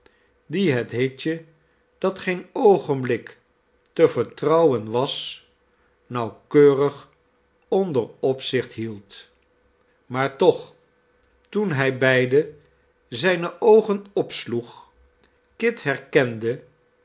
die het hitje dat geen oogenblik te vertrouwen was nauwkeurig onder opzicht hield maar toch toen hij beide zijne oogen opsloeg kit herkende